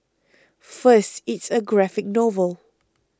first it's a graphic novel